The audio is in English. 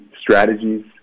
strategies